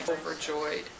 overjoyed